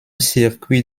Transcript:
circuit